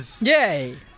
Yay